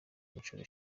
inshuro